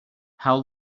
how